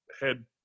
head